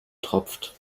tropft